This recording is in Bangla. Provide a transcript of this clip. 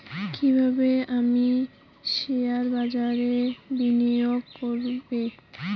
কিভাবে আমি শেয়ারবাজারে বিনিয়োগ করবে?